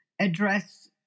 address